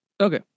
Okay